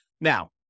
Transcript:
Now